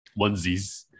onesies